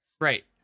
Right